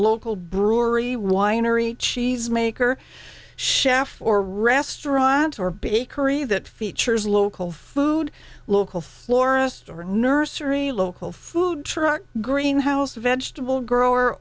local brewery winery cheese maker chef or restaurant or bakery that features local food local florist or nursery a local food truck greenhouse vegetable grower